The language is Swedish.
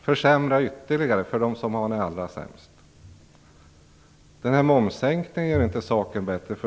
och försämra ytterligare för dem som har det allra sämst. Momssänkningen gör inte saken bättre.